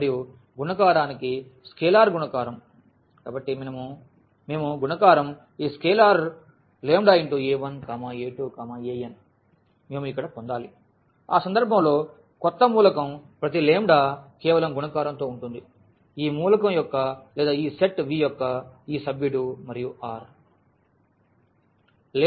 మరియు గుణకారానికి స్కేలార్ గుణకారం కాబట్టి మేము గుణకారం ఈ స్కేలార్ a1a2an మేము ఇప్పుడు ఇక్కడ పొందాలి ఆ సందర్భంలో కొత్త మూలకం ప్రతి లాంబ్డా కేవలం గుణకారంతో ఉంటుంది ఈ మూలకం యొక్క లేదా ఈ సెట్ V యొక్క ఈ సభ్యుడు మరియు R